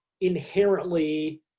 inherently